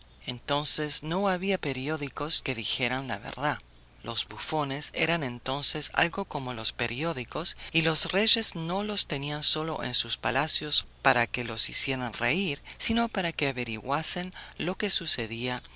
entonces no había periódicos que dijeran la verdad los bufones eran entonces algo como los periódicos y los reyes no los tenían sólo en sus palacios para que los hicieran reír sino para que averiguasen lo que sucedía